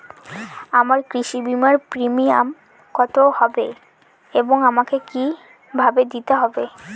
আমার কৃষি বিমার প্রিমিয়াম কত হবে এবং আমাকে কি ভাবে দিতে হবে?